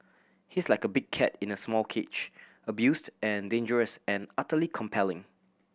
he's like a big cat in a small cage abused and dangerous and utterly compelling